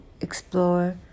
explore